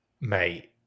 Mate